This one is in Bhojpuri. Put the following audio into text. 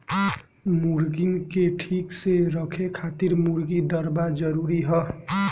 मुर्गीन के ठीक से रखे खातिर मुर्गी दरबा जरूरी हअ